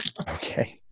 Okay